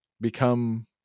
become